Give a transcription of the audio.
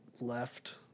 left